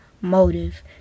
motive